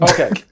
Okay